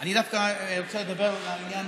אני דווקא רוצה לדבר בעניין